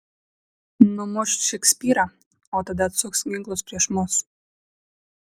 numuš šekspyrą o tada atsuks ginklus prieš mus